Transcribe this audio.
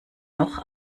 noch